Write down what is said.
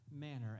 manner